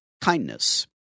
kindness